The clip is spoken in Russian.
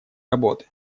работы